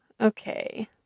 Okay